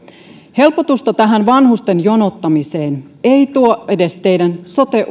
helpotusta tähän vanhusten jonottamiseen ei tuo edes teidän sote